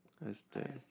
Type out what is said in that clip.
Este